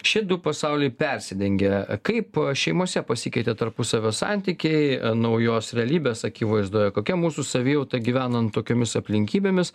šie du pasauliai persidengia kaip šeimose pasikeitė tarpusavio santykiai naujos realybės akivaizdoje kokia mūsų savijauta gyvenant tokiomis aplinkybėmis